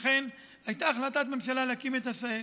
אכן, הייתה החלטת ממשלה להקים את עשהאל.